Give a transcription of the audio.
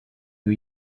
new